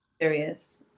serious